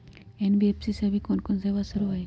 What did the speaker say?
NBFC में अभी कोन कोन सेवा शुरु हई?